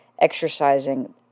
exercising